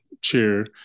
chair